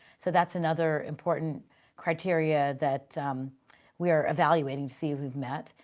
so that's another important criteria that we are evaluating to see if we've met.